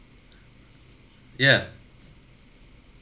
ya